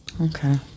Okay